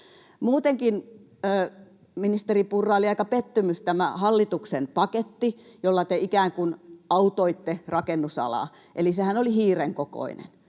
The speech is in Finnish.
Muutenkin, ministeri Purra, oli aika pettymys tämä hallituksen paketti, jolla te ikään kuin autoitte rakennusalaa. Sehän oli hiiren kokoinen.